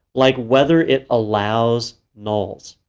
like whether it allows nulls,